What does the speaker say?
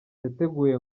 yateguye